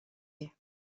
you